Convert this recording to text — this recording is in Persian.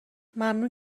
ممنون